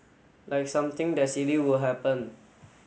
like something that silly will happen